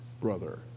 brother